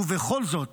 ובכל זאת